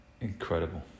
incredible